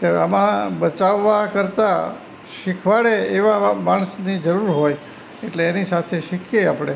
તે આમાં બચાવવા કરતાં શીખવાડે એવા એવા માણસની જરૂર હોય એટલે એની સાથે શીખીએ આપણે